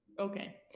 Okay